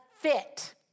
fit